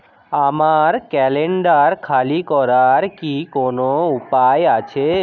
আমার ক্যালেন্ডার খালি করার কি কোনো উপায় আছে